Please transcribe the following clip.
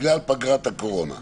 בגלל פגרת הקורונה.